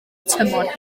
tymor